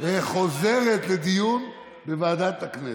חוזרת לדיון בוועדת הכנסת.